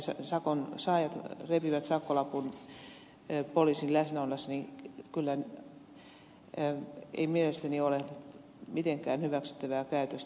se että sakonsaajat repivät sakkolapun poliisin läsnä ollessa ei kyllä mielestäni ole mitenkään hyväksyttävää käytöstä